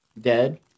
dead